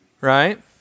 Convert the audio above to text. Right